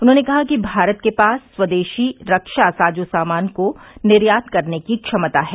उन्होंने कहा कि भारत के पास स्वदेशी रक्षा साजो सामान को निर्यात करने की क्षमता है